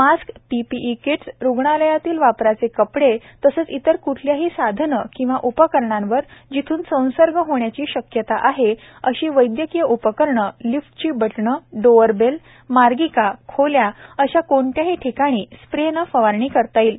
mask PPE kits रुग्णालयातील वापराचे कपडे तसेच इतर क्ठल्याही साधने किंवा उपकरणांवर जिथून संसर्ग होण्याची शक्यता आहे अशी वैद्यकीय उपकरणे लिफ्टची बटणे डोअरबेल मार्गिका खोल्या अशा कोणत्याही ठिकाणी या स्प्रेने फवारणी करता येईल